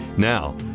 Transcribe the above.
Now